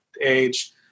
age